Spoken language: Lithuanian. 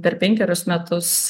per penkerius metus